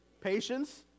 Patience